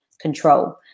control